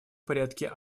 порядке